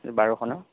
এইযোৰ বাৰশ ন